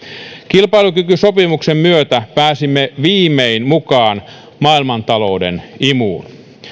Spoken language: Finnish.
kilpailukykysopimuksen myötä pääsimme viimein mukaan maailmantalouden imuun